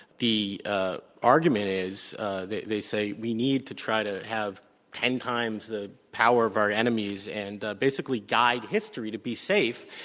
the ah argument is they they say we need to try to have ten times the power of our enemies and basically guide history to be safe.